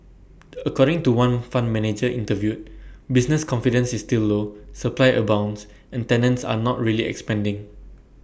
according to one fund manager interviewed business confidence is still low supply abounds and tenants are not really expanding